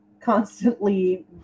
constantly